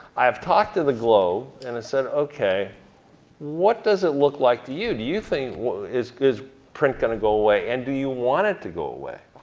i've talked to the globe, and i said okay what does it look like to you? do you think is is print gonna go away, and do you want it to go away?